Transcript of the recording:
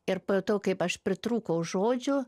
ir pajutau kaip aš pritrūkau žodžių